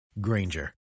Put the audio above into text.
Granger